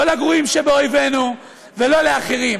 לא לגרועים שבאויבינו ולא לאחרים,